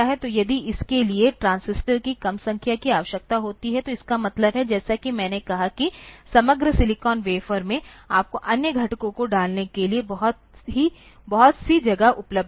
तो यदि इसके लिए ट्रांजिस्टर की कम संख्या की आवश्यकता होती है तो इसका मतलब है जैसा कि मैंने कहा कि समग्र सिलिकॉन वेफर में आपको अन्य घटकों को डालने के लिए बहुत सी जगह उपलब्ध है